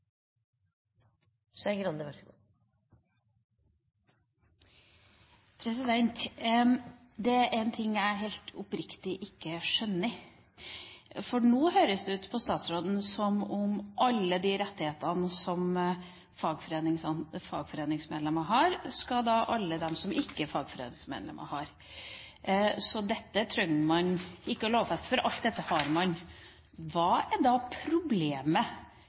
Det er en ting jeg helt oppriktig ikke skjønner, for nå høres det ut på statsråden som om alle de rettighetene som fagforeningsmedlemmer har, skal alle de som ikke er fagforeningsmedlemmer, ha, så dette trenger man ikke å lovfeste, for alt dette har man. Hva er da problemet